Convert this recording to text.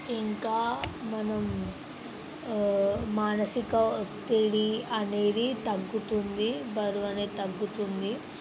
ఇంకా మనకు మానసిక ఒత్తిడి అనేది తగ్గుతుంది బరువనేది తగ్గుతుంది